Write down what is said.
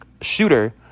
Shooter